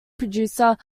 producer